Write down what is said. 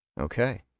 Okay